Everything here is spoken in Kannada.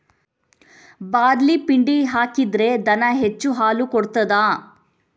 ಬಾರ್ಲಿ ಪಿಂಡಿ ಹಾಕಿದ್ರೆ ದನ ಹೆಚ್ಚು ಹಾಲು ಕೊಡ್ತಾದ?